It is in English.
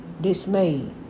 dismayed